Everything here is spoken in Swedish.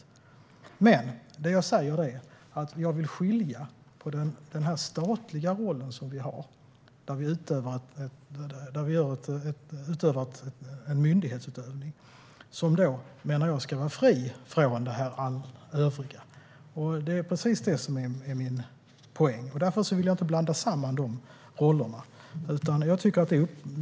Det jag säger är att jag vill skilja den statliga roll som vi har, där vi står för en myndighetsutövning, från det övriga. Det är precis detta som är min poäng, och därför vill jag inte blanda samman de rollerna.